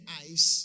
eyes